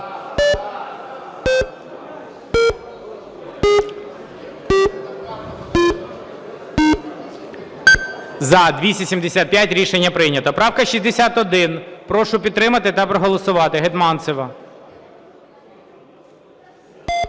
За-275 Рішення прийнято. Правка 61. Прошу підтримати та проголосувати. Гетманцева.